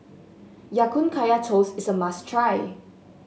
Ya Kun Kaya Toast is a must try